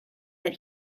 that